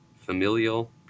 familial